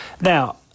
Now